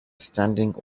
standing